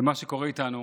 במה שקורה איתנו